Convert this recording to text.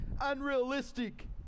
unrealistic